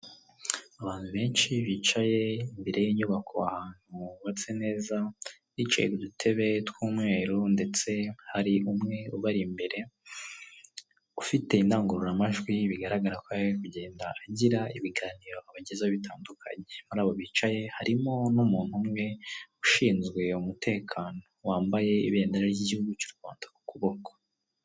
Abantu benshi bicaye imbere y'inyubako ahantu hubatse neza, bicaye mu dutebe tw'umweru ndetse hari umwe ubari imbere, ufite indangururamajwi bigaragara ko ari kugenda agira ibiganiro abagezaho bitandukanye, muri abo bicaye harimo n'umuntu umwe ushinzwe umutekano wambaye ibendera ry'igihugu cy'u Rwanda ku kuboko.